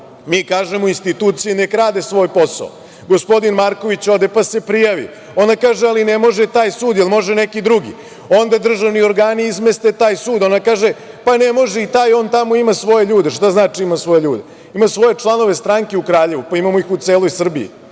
Mi kažemo institucije neka rade svoj posao. Gospodin Marković ode pa se prijavi. Ona kaže – ali, ne može taj sud, jel može neki drugi? Onda državni organi izmeste taj sud. Ona kaže – pa ne može i taj on tamo ima svoje ljude. Šta znači ima svoje ljude? Ima svoje članove stranke u Kraljevu. Pa imamo ih u celoj Srbiji.